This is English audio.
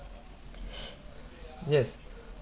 yes